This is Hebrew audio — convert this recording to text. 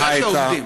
בטח שעובדים.